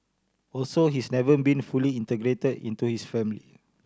also he's never been fully integrated into his family